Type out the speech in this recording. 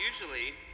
usually